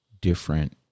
different